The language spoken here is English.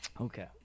Okay